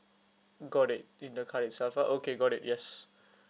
got it in the card itself ah okay got it yes